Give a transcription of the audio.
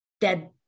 Dead